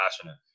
passionate